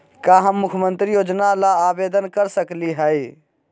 का हम मुख्यमंत्री योजना ला आवेदन कर सकली हई?